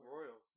Royal